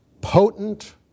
potent